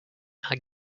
are